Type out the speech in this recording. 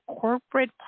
corporate